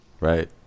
Right